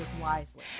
wisely